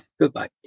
Goodbye